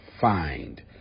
find